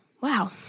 Wow